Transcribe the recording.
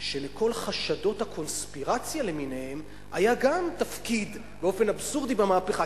שלכל חשדות הקונספירציה למיניהן היה באופן אבסורדי תפקיד במהפכה,